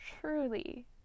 truly